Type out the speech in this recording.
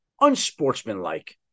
unsportsmanlike